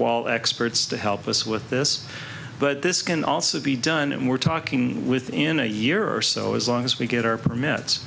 rockwall experts to help us with this but this can also be done and we're talking within a year or so as long as we get our permits